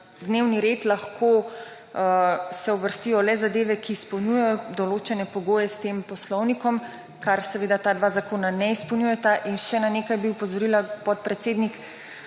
dnevni red lahko se uvrstijo le zadeve, ki izpolnjujejo določene pogoje s tem Poslovnikom, kar seveda ta dva zakona ne izpolnjujeta. In še na nekaj bi opozorila, podpredsednik,